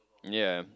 ya